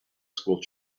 school